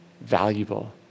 valuable